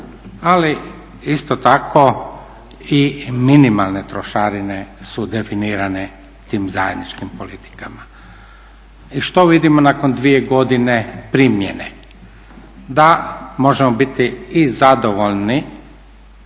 ali isto tako i minimalne trošarine su definirane tim zajedničkim politikama. I što vidimo nakon dvije godine primjene? Da možemo biti i zadovoljni